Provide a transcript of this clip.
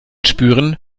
spüren